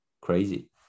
crazy